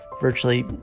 virtually